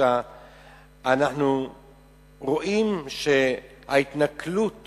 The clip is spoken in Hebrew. אנחנו רואים שההתנכלות